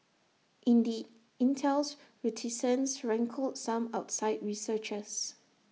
indeed Intel's reticence rankled some outside researchers